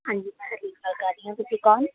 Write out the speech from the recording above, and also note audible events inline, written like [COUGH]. ਹਾਂਜੀ [UNINTELLIGIBLE] ਗੱਲ ਕਰ ਰਹੀ ਹਾਂ ਤੁਸੀਂ ਕੋਣ